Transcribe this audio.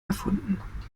erfunden